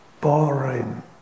boring